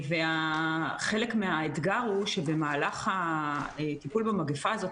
חלק מן האתגר הוא שבמהלך הטיפול במגפה הזאת